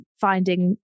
finding